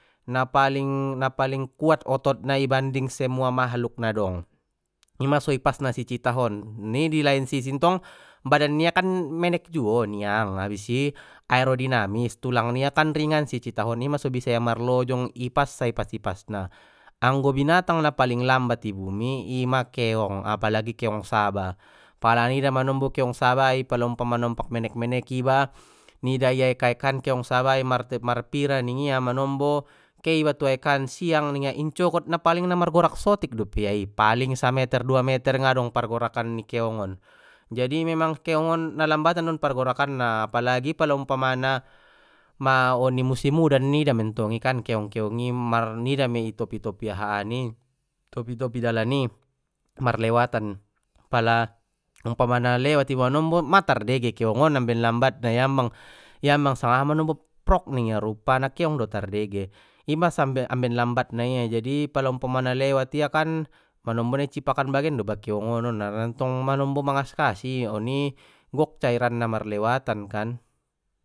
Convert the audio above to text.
Na paling-na paling kuat otot na di banding semua makhluk na dong ima so ipasna si citah on oni di lain sisi ntong badan nia kan menek juo niang abis i aerodinamis tulang nia kan ringan si citah on ima so bisa ia marlojong ipas sa ipas ipas na, anggo binatang na paling lambat i bumi ima keong apalagi keong saba pala nida manombo keong saba i pala umpamana ompak menek menek iba nida i aek aek an keong saba i marpira ningia manombo ke iba tu aekkan siang ningia incogot na paling na margorak sotik dope ia i paling sameter dua meter ngadong pargorakan ni keong on jadi memang keong on na lambatan don pargorakan apalagi pala umpamana ma oni musim udan nida mentong i kan keong keong i mar nida mei itopi topi ahaan i, i topi topi dalan i marlewatan pala umpamana lewat iba manombo ma tardege keong on amben lambatna iambang-iambang sanga aha manombo prok rupana keong do tardege ima sambe amben lambatna nia pala umpamana lewat ia kan manombo na icipakan bage doba keong on non harana ntong manombo mangaskasi oni gok cairanna marlewatan kan.